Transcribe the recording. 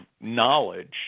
knowledge